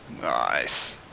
Nice